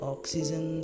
Oxygen